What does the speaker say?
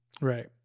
right